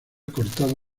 cortado